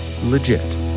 legit